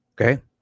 Okay